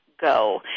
go